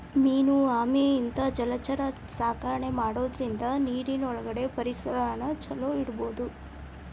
main ಆಮೆ ಇಂತಾ ಜಲಚರ ಸಾಕಾಣಿಕೆ ಮಾಡೋದ್ರಿಂದ ನೇರಿನ ಒಳಗಿನ ಪರಿಸರನ ಚೊಲೋ ಇಡಬೋದು